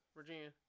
Virginia